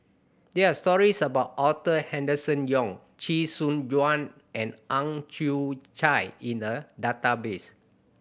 there are stories about Arthur Henderson Young Chee Soon Juan and Ang Chwee Chai in the database